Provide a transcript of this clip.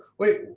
wait,